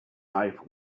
life